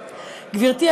גברתי,